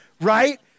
right